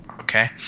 okay